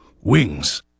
wings